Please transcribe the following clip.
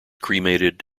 cremated